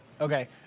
Okay